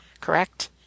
Correct